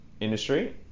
industry